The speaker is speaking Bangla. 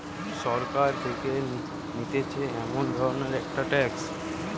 সরকার থেকে নিতেছে এমন ধরণের একটি ট্যাক্স